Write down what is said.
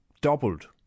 doubled